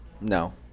No